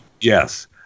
Yes